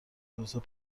توسعه